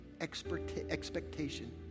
expectation